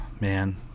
man